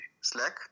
Slack